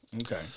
Okay